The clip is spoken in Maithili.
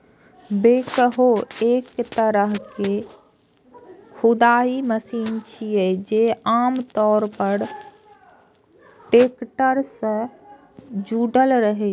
बैकहो एक तरहक खुदाइ मशीन छियै, जे आम तौर पर टैक्टर सं जुड़ल रहै छै